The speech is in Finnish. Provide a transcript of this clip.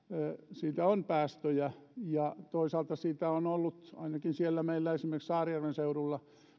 siitä on päästöjä ja toisaalta siitä on ollut ainakin esimerkiksi meillä saarijärven seudulla